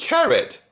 Carrot